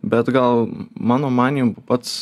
bet gal mano manymu pats